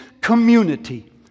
community